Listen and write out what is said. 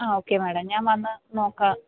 ആ okay madam ഞാന് വന്ന് നോക്കാം